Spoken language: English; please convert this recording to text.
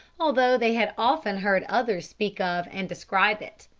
although they had often heard others speak of and describe it.